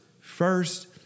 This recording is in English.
First